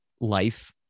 life